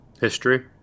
History